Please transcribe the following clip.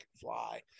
fly